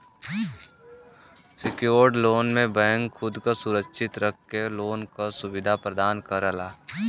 secured loan में bank खुद क सुरक्षित रख के लोन क सुविधा प्रदान करला